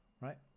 right